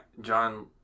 John